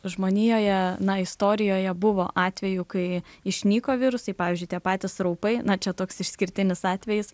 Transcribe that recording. žmonijoje na istorijoje buvo atvejų kai išnyko virusai pavyzdžiui tie patys raupai na čia toks išskirtinis atvejis